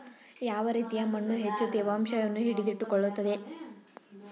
ಯಾವ ರೀತಿಯ ಮಣ್ಣು ಹೆಚ್ಚು ತೇವಾಂಶವನ್ನು ಹಿಡಿದಿಟ್ಟುಕೊಳ್ಳುತ್ತದೆ?